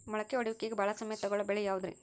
ಮೊಳಕೆ ಒಡೆಯುವಿಕೆಗೆ ಭಾಳ ಸಮಯ ತೊಗೊಳ್ಳೋ ಬೆಳೆ ಯಾವುದ್ರೇ?